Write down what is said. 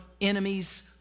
enemies